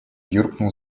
юркнул